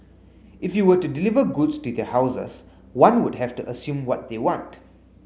if you were to deliver goods to their houses one would have to assume what they want